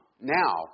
Now